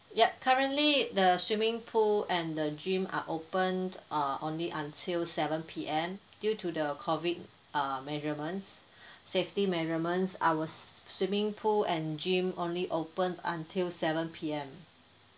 yup currently the swimming pool and the gym are open uh only until seven P_M due to the COVID uh measurements safety measurements our swimming pool and gym only open until seven P_M